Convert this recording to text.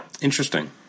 Interesting